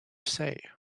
say